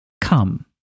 come